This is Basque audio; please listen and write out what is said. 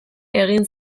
egin